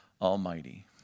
Almighty